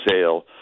sale